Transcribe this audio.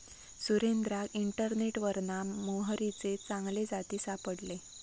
सुरेंद्राक इंटरनेटवरना मोहरीचे चांगले जाती सापडले